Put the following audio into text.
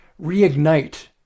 reignite